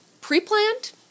pre-planned